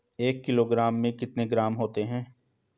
एक किलोग्राम में कितने ग्राम होते हैं?